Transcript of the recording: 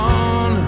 on